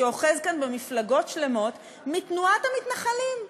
שאוחז כאן במפלגות שלמות מתנועת המתנחלים.